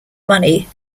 money